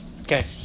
Okay